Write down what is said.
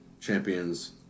champions